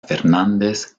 fernández